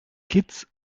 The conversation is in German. kitts